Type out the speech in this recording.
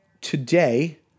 today